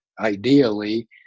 ideally